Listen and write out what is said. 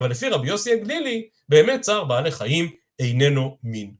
אבל לפי רבי יוסי הגלילי באמת צער בעלי חיים איננו מין